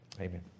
Amen